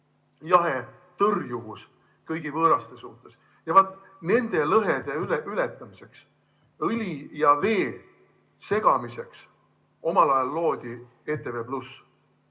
jahe tõrjuvus kõigi võõraste suhtes. Ja vot nende lõhede ületamiseks, õli ja vee segamiseks omal ajal loodi ETV+,